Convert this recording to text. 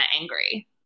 angry